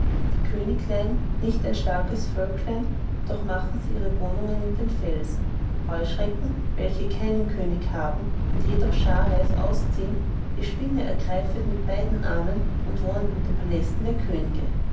die königlein nicht ein starkes völklein doch machen sie ihre wohnungen in die felsen die heuschrecken welche keinen könig haben und jedoch scharweis ausziehen die spinne ergreifet mit beiden armen und wohnet in den palästen der könige